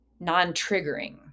non-triggering